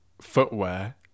footwear